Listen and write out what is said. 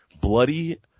bloody